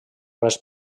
les